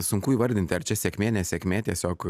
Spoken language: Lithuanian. sunku įvardinti ar čia sėkmė nesėkmė tiesiog